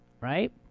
right